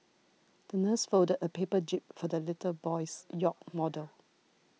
the nurse folded a paper jib for the little boy's yacht model